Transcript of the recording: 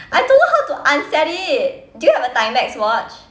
I don't know how to unset it do you have a timex watch